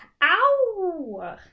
Ow